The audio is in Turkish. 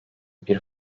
bir